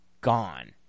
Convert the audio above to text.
gone